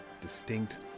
distinct